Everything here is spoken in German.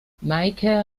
meike